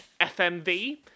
FMV